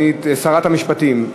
שרת המשפטים,